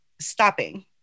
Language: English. stopping